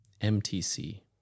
MTC